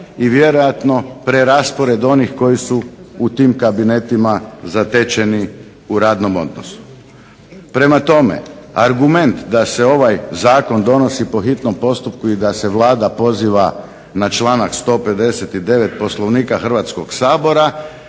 i vjerojatno preraspored onih koji su u tim kabinetima zatečeni u radnom odnosu. Prema tome, argument da se ovaj Zakon donosi po hitnom postupku i da se vlada poziva na članak 159. Poslovnika Hrvatskog sabora